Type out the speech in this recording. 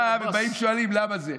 עכשיו הם באים ושואלים למה זה.